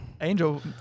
angel